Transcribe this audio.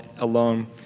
alone